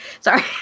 sorry